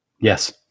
Yes